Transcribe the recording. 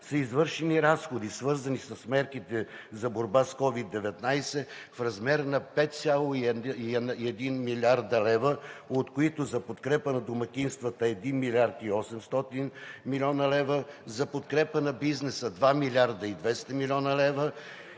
са извършени разходи, свързани с мерките за борба с COVID-19, в размер на 5,1 млрд. лв., от които за подкрепа на домакинствата – 1 млрд. 800 млн. лв.; за подкрепа на бизнеса – 2 млрд.